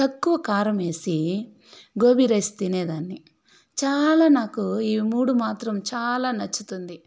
తక్కువ కారం ఏసి గోబీ రైస్ తినేదాన్ని చాలా నాకు ఈ మూడూ మాత్రం చాలా నచ్చుతుంది